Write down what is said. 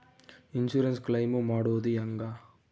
Insurance claim ಮಾಡೋದು ಹೆಂಗ?